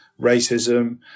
Racism